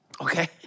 okay